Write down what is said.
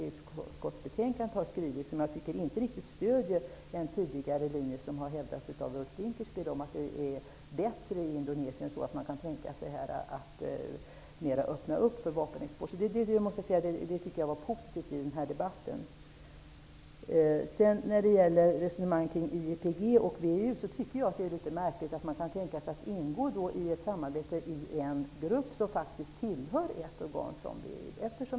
Utskottsbetänkandets skrivning stödjer inte riktigt den tidigare linje som hävdats av Ulf Dinkelspiel, där han menat att läget är bättre i Indonesien och att man kan tänka sig att öppna mer för vapenexport. Det är positivt att detta nämns i denna debatt. När det sedan gäller resonemanget kring IEPG och WEU är det litet märkligt att man kan tänka sig att ingå i ett samarbete i en grupp som faktiskt tillhör ett organ som WEU.